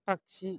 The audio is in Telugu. పక్షి